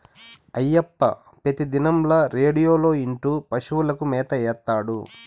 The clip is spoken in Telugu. అయ్యప్ప పెతిదినంల రేడియోలో ఇంటూ పశువులకు మేత ఏత్తాడు